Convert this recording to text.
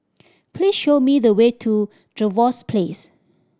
please show me the way to Trevose Place